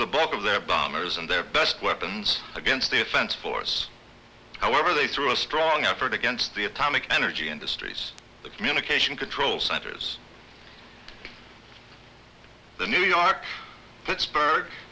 the bulk of their bombers and their best weapons against the defense force however they threw a strong effort against the atomic energy industries the communication control centers the new york pittsburgh